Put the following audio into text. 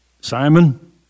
Simon